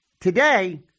today